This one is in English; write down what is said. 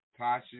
Tasha